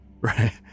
Right